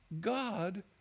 God